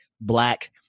black